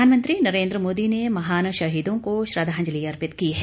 प्रधानमंत्री नरेंद्र मोदी ने महान शहीदों को श्रद्वांजलि अर्पित की है